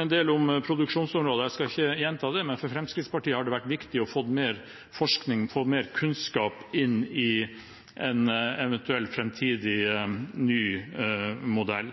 en del om produksjonsområder. Jeg skal ikke gjenta det, men for Fremskrittspartiet har det vært viktig å få mer forskning og kunnskap inn i en eventuell framtidig, ny modell.